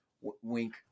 Wink